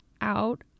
out